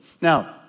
Now